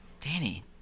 Danny